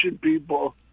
people